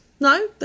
No